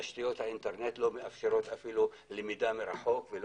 תשתיות האינטרנט לא מאפשרות אפילו למידה מרחוק.